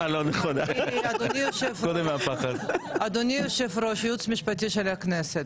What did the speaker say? אדוני היושב-ראש, ייעוץ משפטי של הכנסת,